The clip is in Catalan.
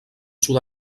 sud